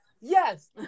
Yes